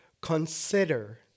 Consider